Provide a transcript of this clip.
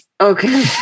Okay